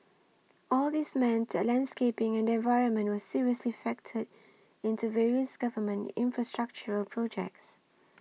all these meant that landscaping and the environment were seriously factored into various government infrastructural projects